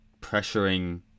pressuring